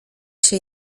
się